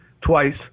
twice